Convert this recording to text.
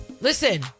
listen